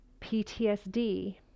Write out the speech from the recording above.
PTSD